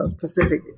Pacific